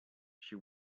she